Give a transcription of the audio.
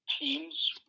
teams